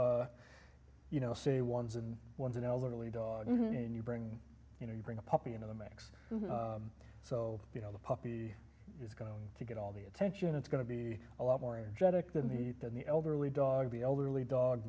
if you know say ones and ones an elderly dog and you bring you know you bring a puppy into the mix so you know the puppy is going to get all the attention it's going to be a lot more energetic than the than the elderly dog the elderly dog